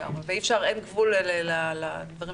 ואין גבול לדברים